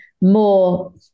more